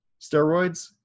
steroids